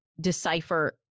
decipher